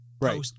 right